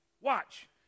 Watch